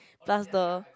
plus the